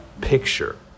picture